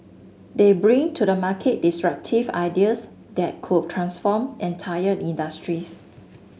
they bring to the market disruptive ideas that could transform entire industries